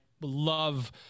love